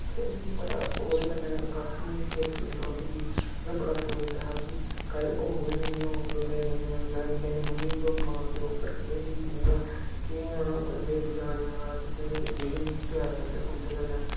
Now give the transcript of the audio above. ते मिगी बड़ा ओह्दे कन्नै काफी में सिर पीड़ रौंह्दी ही में बड़ा सोचदा हा कि कल्ल औग नेईं औग मेरी मम्मी मेरी मम्मी मां प्यो उप्पर बीतनी आ केह् होना मेरे जाने दे बाद मेरे जेह्ड़े मि प्यार करने आह्ले उंदे कन्नै